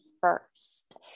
first